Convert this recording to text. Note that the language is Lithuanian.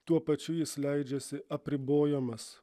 tuo pačiu jis leidžiasi apribojamas